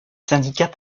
syndicat